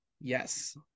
Yes